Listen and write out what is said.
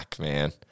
man